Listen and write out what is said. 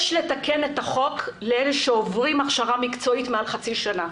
יש לתקן את החוק לאלו שעוברים הכשרה מקצועית מעל חצי שנה,